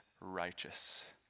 righteous